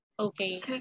Okay